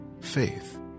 faith